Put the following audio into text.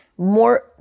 More